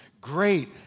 great